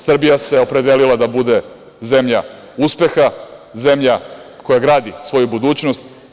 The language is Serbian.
Srbija se opredelila da bude zemlja uspeha, zemlja koja gradi svoju budućnost.